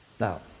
Now